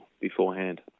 beforehand